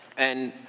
and